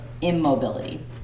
immobility